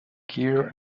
gear